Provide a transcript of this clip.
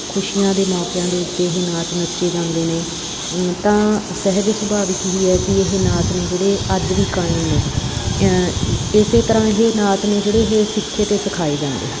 ਖੁਸ਼ੀਆਂ ਦੇ ਮੌਕਿਆਂ ਦੇ ਉੱਤੇ ਇਹ ਨਾਚ ਨੱਚੇ ਜਾਂਦੇ ਨੇ ਤਾਂ ਸਹਿਜ ਸੁਭਾਵਿਕ ਹੀ ਹੈ ਕਿ ਇਹ ਨਾਚ ਨੇ ਜਿਹੜੇ ਅੱਜ ਵੀ ਕਾਇਮ ਨੇ ਇਸ ਤਰ੍ਹਾਂ ਇਹ ਨਾਚ ਨੇ ਜਿਹੜੇ ਇਹ ਸਿੱਖੇ ਅਤੇ ਸਿਖਾਏ ਜਾਂਦੇ ਹਨ